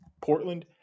Portland